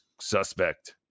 suspect